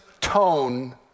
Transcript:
tone